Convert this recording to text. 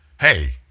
Hey